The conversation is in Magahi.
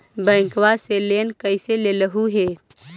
बैंकवा से लेन कैसे लेलहू हे?